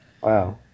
wow